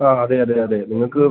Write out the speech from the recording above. ആ അതെ അതെ അതെ നിങ്ങൾക്ക്